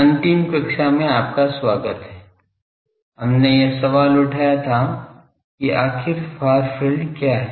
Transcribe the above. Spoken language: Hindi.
अंतिम कक्षा में आपका स्वागत हैहमने यह सवाल उठाया था कि आखिर फार फील्ड क्या है